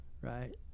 right